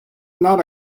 not